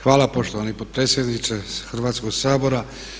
Hvala poštovani potpredsjedniče Hrvatskog sabora.